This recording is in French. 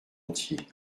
entier